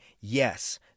yes